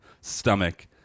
stomach